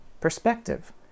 perspective